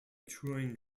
touring